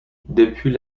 depuis